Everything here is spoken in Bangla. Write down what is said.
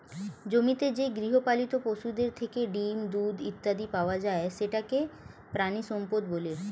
জমিতে যে গৃহপালিত পশুদের থেকে ডিম, দুধ ইত্যাদি পাওয়া যায় সেটাকে প্রাণিসম্পদ বলে